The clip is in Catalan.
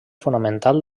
fonamental